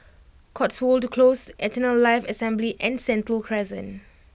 Cotswold Close Eternal Life Assembly and Sentul Crescent